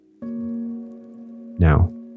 Now